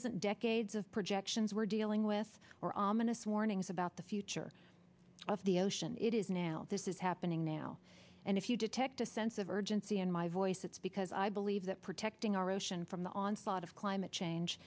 isn't decades of projections we're dealing with or ominous warnings about the future of the ocean it is now this is happening now and if you detect a sense of urgency in my voice it's because i believe that protecting our ocean from the onslaught of climate change